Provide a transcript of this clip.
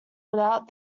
without